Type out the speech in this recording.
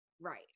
Right